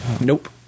Nope